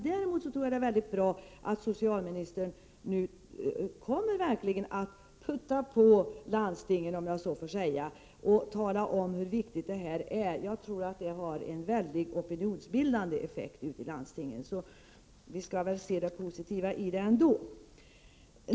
Däremot är det bra att socialministern nu verkligen kommer att trycka på i landstingen och tala om hur viktig denna verksamhet är. Jag tror att det kommer att ha en stor opinionsbildande effekt i landstingen. Vi skall också se till det positiva i detta sammanhang.